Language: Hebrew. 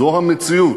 זו המציאות.